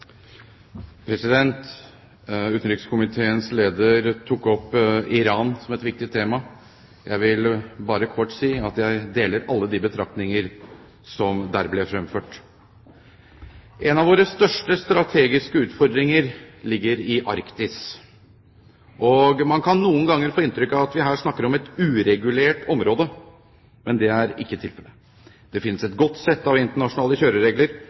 Utenrikskomiteens leder tok opp Iran som et viktig tema. Jeg vil bare kort si at jeg deler alle de betraktninger som der ble fremført. En av våre største strategiske utfordringer ligger i Arktis. Man kan noen ganger få inntrykk av at vi her snakker om et uregulert område, men det er ikke tilfellet. Det finnes et godt sett av internasjonale kjøreregler